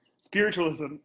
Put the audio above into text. Spiritualism